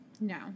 No